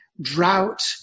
drought